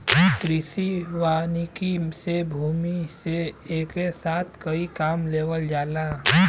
कृषि वानिकी से भूमि से एके साथ कई काम लेवल जाला